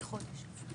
יהיה חודש?